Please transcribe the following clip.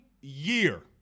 year